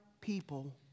people